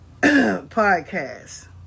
podcast